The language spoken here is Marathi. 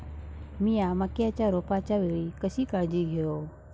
मीया मक्याच्या रोपाच्या वेळी कशी काळजी घेव?